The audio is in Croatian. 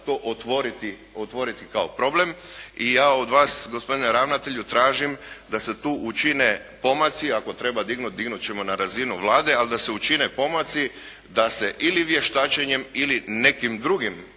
da se učine pomaci da se ili vještačenjem ili nekim drugim